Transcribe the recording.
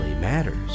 matters